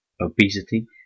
obesity